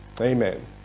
Amen